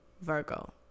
Virgo